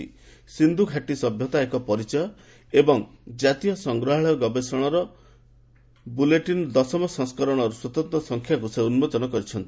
'ସିନ୍ଧୁଘାଟି ସଭ୍ୟତା ଏକ ପରିଚୟ' ଏବଂ ଜାତୀୟ ସଂଗ୍ରହାଳୟ ଗବେଷଣା ବୁଲେଟିନ୍ ଦଶମ ସଂସ୍କରଣ ସ୍ୱତନ୍ତ୍ର ସଂଖ୍ୟାକୁ ଉନ୍ମୋଚନ କରିଛନ୍ତି